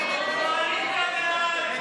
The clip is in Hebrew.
הצעת ועדת